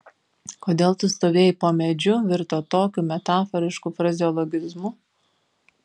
kodėl tu stovėjai po medžiu virto tokiu metaforišku frazeologizmu